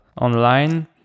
online